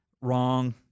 Wrong